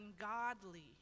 ungodly